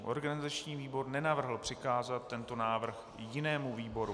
Organizační výbor nenavrhl přikázat tento návrh jinému výboru.